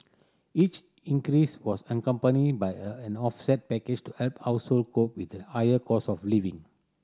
each increase was accompanied by a an offset package to help household cope with the higher cost of living